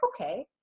okay